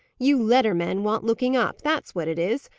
you letter-men want looking up that's what it is.